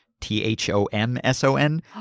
T-H-O-M-S-O-N